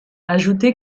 ajouté